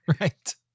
Right